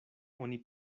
oni